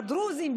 בדרוזים?